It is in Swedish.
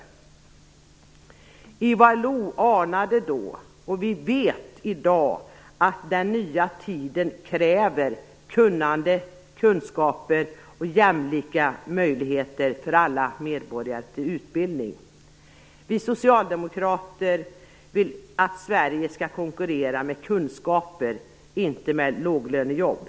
Men han anade då och vi vet i dag att den nya tiden kräver kunnande, kunskaper och jämlika möjligheter till utbildning för alla medborgare. Vi socialdemokrater vill att Sverige skall konkurrera med kunskaper, inte med låglönejobb.